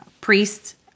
priests